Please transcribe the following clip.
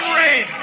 rain